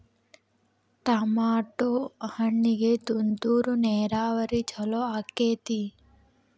Tomato ಹಣ್ಣಿಗೆ ತುಂತುರು ನೇರಾವರಿ ಛಲೋ ಆಕ್ಕೆತಿ?